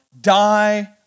die